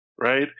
right